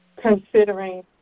considering